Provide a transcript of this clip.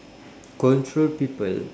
control people